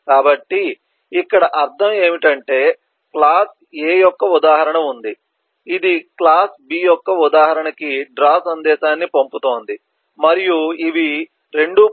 కాబట్టి ఇక్కడ అర్థం ఏమిటంటే క్లాస్ A యొక్క ఉదాహరణ ఉంది ఇది క్లాస్ B యొక్క ఉదాహరణకి డ్రా సందేశాన్ని పంపుతోంది మరియు ఇవి 2